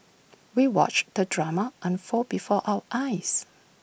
we watched the drama unfold before our eyes